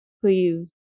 please